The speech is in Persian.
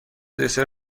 دسر